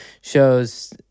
shows